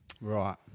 Right